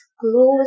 close